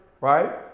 Right